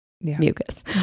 mucus